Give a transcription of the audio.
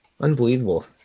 Unbelievable